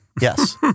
Yes